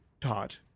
taught